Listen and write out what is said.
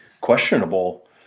questionable